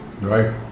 Right